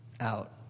out